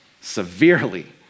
severely